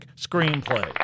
screenplay